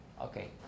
Okay